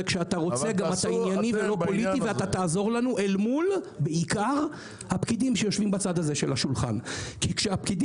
ואתה תעזור לנו אל מול בעיקר הפקידים שיושבים בצד הזה של השולחן כי כשהם